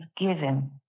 given